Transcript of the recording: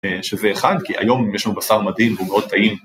שזה אחד כי היום יש לנו בשר מדהים והוא מאוד טעים